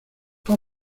fue